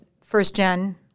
first-gen